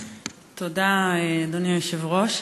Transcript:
תודה, אדוני היושב-ראש.